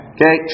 Okay